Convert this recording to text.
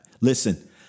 listen